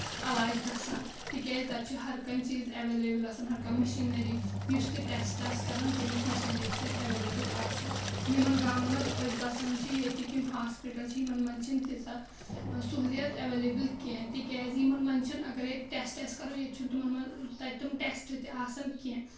علاج گژھان تِکیازِ تَتہِ چھُ ہر کانٛہہ چیٖز اٮ۪وَلیبٕل آسان ہر کانٛہہ مِشیٖننٔری یُس تہِ ٹیسٹ آسہِ کران تِمِچ میشیٖننٔری چھِ تَتہِ اٮ۪وَلیبٕل آسان یِمن گامَن منٛز أسۍ بَسان چھِ ییٚتِکۍ یِم ہاسپِٹل چھِ یِمن منٛز چھِ نہٕ تیٖژھ سُہوٗلیت اٮ۪وَلیبٕل کیٚنٛہہ تِکیازِ یِمن منٛز چھِ نہٕ اَگرے ٹیسٹ آسہِ کَرُن ییٚتہِ چھُ نہٕ تِمن منٛز تَتہِ تِم ٹیسٹ تہِ آسان کیٚنٛہہ